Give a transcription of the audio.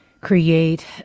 create